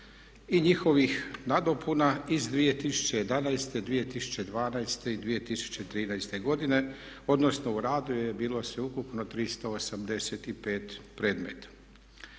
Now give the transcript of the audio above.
i njihovih nadopuna iz 2011., 2012., i 2013. godine odnosu u radu je bilo sveukupno 385 predmeta.